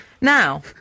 Now